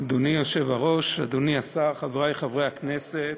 אדוני היושב-ראש, אדוני השר, חברי חברי הכנסת,